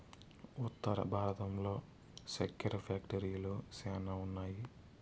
ఉత్తర భారతంలో సెక్కెర ఫ్యాక్టరీలు శ్యానా ఉన్నాయి